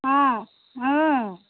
অঁ অঁ